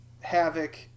Havoc